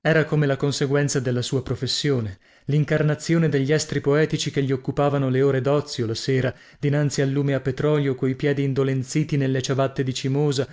era come la conseguenza della sua professione lincarnazione degli estri poetici che gli occupavano le ore dozio la sera dinanzi al lume a petrolio coi piedi indolenziti nelle ciabatte di cimosa